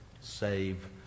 Save